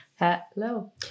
Hello